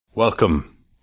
Welcome